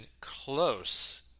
close